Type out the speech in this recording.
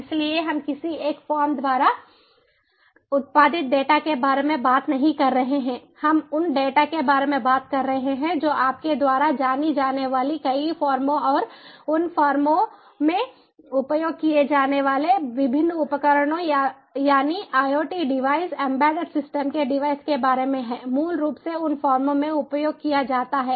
इसलिए हम किसी एक फर्म द्वारा उत्पादित डेटा के बारे में बात नहीं कर रहे हैं हम उन डेटा के बारे में बात कर रहे हैं जो आपके द्वारा जानी जाने वाली कई फर्मों और उन फर्मों में उपयोग किए जाने वाले विभिन्न उपकरणों यानी IoT डिवाइस एम्बेडेड सिस्टम के डिवाइस के बारे में हैं मूल रूप से उन फर्मों में उपयोग किया जाता है